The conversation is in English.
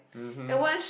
mmhmm